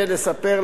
אדוני השר,